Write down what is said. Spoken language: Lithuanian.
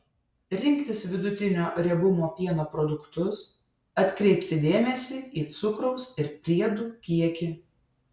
rinktis vidutinio riebumo pieno produktus atkreipti dėmesį į cukraus ir priedų kiekį